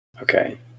Okay